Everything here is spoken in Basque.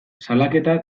salaketa